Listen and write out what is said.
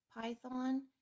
python